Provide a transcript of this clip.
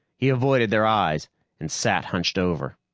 he avoided their eyes and sat hunched over.